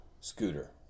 Scooter